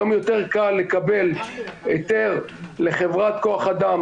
היום יותר קל לקבל היתר לחברת כוח אדם